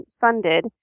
funded